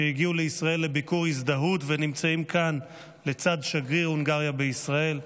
שהגיעו לישראל לביקור הזדהות ונמצאים כאן לצד שגריר הונגריה בישראל.